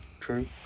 true